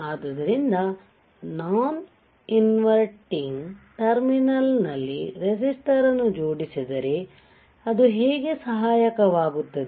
ಆದ್ದರಿಂದ non inverting terminal ನಲ್ಲಿ resistor ಅನ್ನು ಜೋಡಿಸಿದರೆ ಅದು ಹೇಗೆ ಸಹಾಯಕವಾಗುತ್ತದೆ